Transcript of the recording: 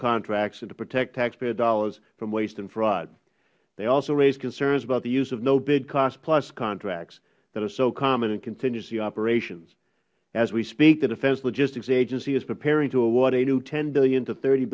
contracts and to protect taxpayer dollars from waste and fraud they also raise concerns about the use of no bid cost plus contracts that are so common in contingency operations as we speak the defense logistics agency is preparing to award a new ten billion to thirty